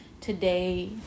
today